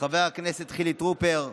חבר הכנסת חילי טרופר,